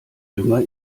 dünger